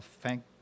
thank